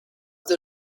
the